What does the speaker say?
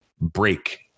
break